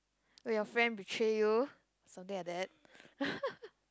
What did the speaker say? where your friend betray you something like that